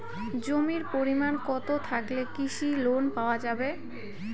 জমির পরিমাণ কতো থাকলে কৃষি লোন পাওয়া যাবে?